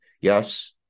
yes